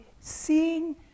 Seeing